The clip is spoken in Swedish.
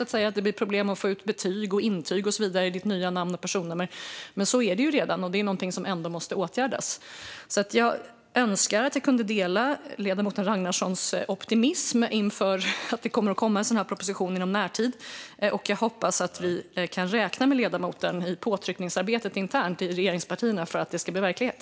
Det blir problem att få ut betyg, intyg och så vidare i ditt nya namn och personnummer. Men så är det redan. Det är någonting som ändå måste åtgärdas. Jag önskar att jag kunde dela ledamoten Ragnarssons optimism inför att det kommer en proposition inom närtid. Jag hoppas att vi kan räkna med ledamoten i påtryckningsarbetet internt inom regeringspartierna för att det ska bli verklighet.